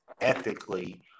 ethically